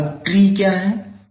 अब ट्री क्या है